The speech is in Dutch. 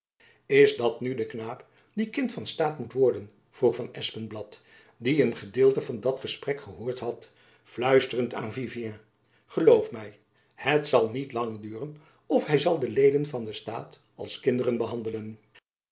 is dat nu de knaap die kind van staat moet worden vroeg van espenblad die een gedeelte van dat gesprek gehoord had fluisterend aan vivien geloof my het zal niet lang duren of hy zal de leden van den staat als kinderen behandelen